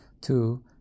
Two